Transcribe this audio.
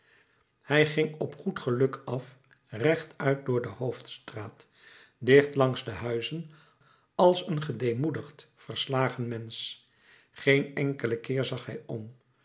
hij ging op goed geluk af rechtuit door de hoofdstraat dicht langs de huizen als een gedeemoedigd verslagen mensch geen enkelen keer zag hij om